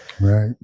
Right